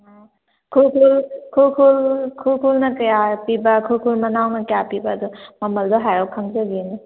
ꯑꯥ ꯈꯨꯔꯈꯨꯜ ꯈꯨꯔꯈꯨꯜ ꯈꯨꯔꯈꯨꯜꯅ ꯀꯌꯥ ꯄꯤꯕ ꯈꯨꯔꯈꯨꯜ ꯃꯅꯥꯎꯅ ꯀꯌꯥ ꯄꯤꯕꯗꯣ ꯃꯃꯜꯗꯣ ꯍꯥꯏꯔꯞ ꯈꯪꯖꯒꯦꯅꯦ